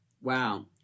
Wow